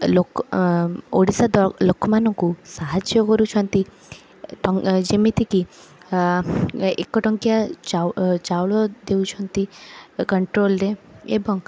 ଲୋକ ଓଡ଼ିଶା ଦ ଲୋକମାନଙ୍କୁ ସାହାଯ୍ୟ କରୁଛନ୍ତି ଯେମିତି କି ଏକ ଟଙ୍କିଆ ଚାଉଳ ଦେଉଛନ୍ତି କଣ୍ଟ୍ରୋଲରେ ଏବଂ